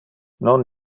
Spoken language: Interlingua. non